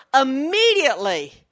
immediately